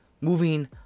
Moving